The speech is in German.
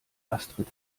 astrid